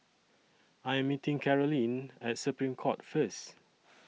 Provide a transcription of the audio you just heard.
I Am meeting Karolyn At Supreme Court First